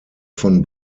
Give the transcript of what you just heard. von